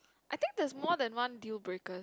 I think there's more than one deal breakers